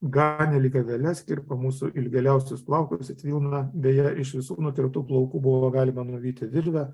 ganė lyg aveles ir po mūsų ilgiausius plaukus it vilna beje iš visų nukirptų plaukų buvo galima nuvyti virvę